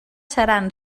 seran